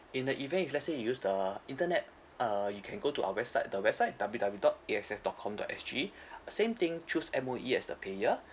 in the event if let's say you use the internet uh you can go to our website the website W W dot A X S dot com dot S G uh same thing choose M_O_E as the payer